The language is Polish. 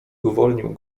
uwolnił